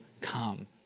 come